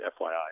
FYI